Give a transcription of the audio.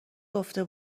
گفته